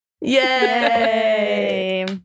Yay